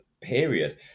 period